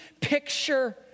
picture